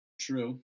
true